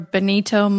Benito